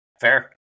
fair